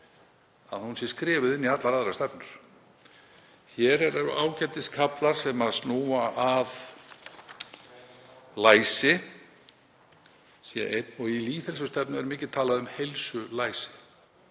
að hún sé skrifuð inn í allar aðrar stefnur. Hér eru ágætiskaflar sem snúa að læsi og í lýðheilsustefnu er mikið talað um heilsulæsi